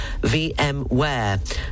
VMware